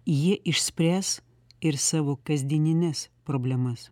jie išspręs ir savo kasdienines problemas